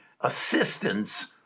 assistance